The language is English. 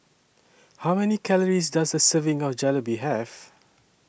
How Many Calories Does A Serving of Jalebi Have